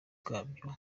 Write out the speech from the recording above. wabyo